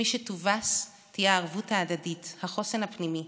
מי שיובסו יהיו הערבות ההדדית, החוסן הפנימי,